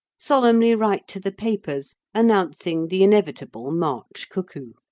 solemnly write to the papers announcing the inevitable march cuckoo.